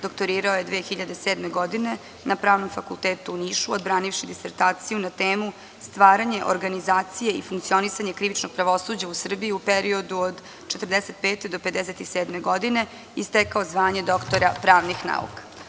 Doktorirao je 2007. godine na Pravnom fakultetu u Nišu, odbranivši disertaciju na temu – Stvaranje organizacije i funkcionisanje krivičnog pravosuđa u Srbiji u periodu od 1945. do 1957. godine i stekao zvanje doktora pravnih nauka.